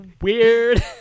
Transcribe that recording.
weird